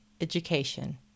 education